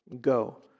go